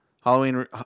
Halloween